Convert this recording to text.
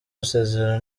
gusezerana